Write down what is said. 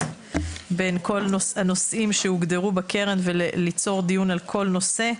בין כל הנושאים שהוגדרו בקרן וליצור דיון על כל נושא,